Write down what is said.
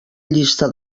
llista